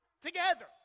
together